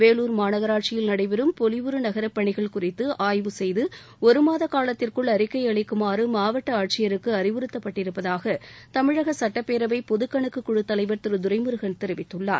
வேலூர் மாநகராட்சியில் நடைபெறும் பொலிவுறு நகரப் பணிகள் குறித்து ஆய்வு செய்து ஒருமாத காலத்திற்குள் அறிக்கை அளிக்குமாறு மாவட்ட ஆட்சியருக்கு அறிவுறுத்தப்பட்டிருப்பதாக தமிழக சட்டப்பேரவை பொதுக் கணக்கு குழுத் தலைவர் திரு துரைமுருகன் தெரிவித்துள்ளார்